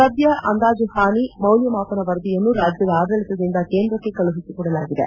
ಸದ್ಯ ಅಂದಾಜು ಪಾನಿ ಮೌಲ್ವಮಾಪನ ವರದಿಯನ್ನು ರಾಜ್ಯದ ಅಡಳತದಿಂದ ಕೇಂದ್ರಕ್ಕೆ ಕಳುಹಿಸಿ ಕೊಡಲಾಗಿದೆ